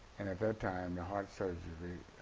and at that time yeah heart surgery,